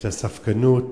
היתה ספקנות.